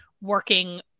working